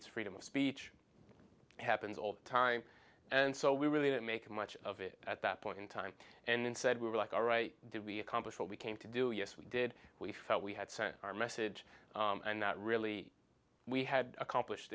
is freedom of speech happens all the time and so we really didn't make much of it at that point in time and instead we were like all right did we accomplish what we came to do yes we did we felt we had sent our message and that really we had accomplished